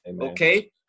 Okay